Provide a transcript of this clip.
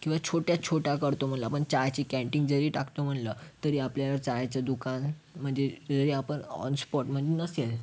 किंवा छोट्यात छोटा करतो म्हटलं आपण चहाची कॅन्टीन जरी टाकतो म्हटलं तरी आपल्याला चायचं दुकान म्हणजे जरी आपण ऑन स्पॉट म्हणजे नसेल